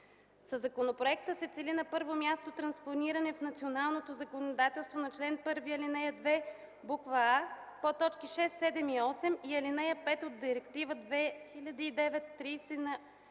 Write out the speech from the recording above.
Със законопроекта се цели на първо място транспониране в националното законодателство на чл. 1, ал. 2, буква „а”, подточки 6, 7 и 8, и ал. 5 от Директива 2009/30/ЕО